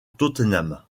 tottenham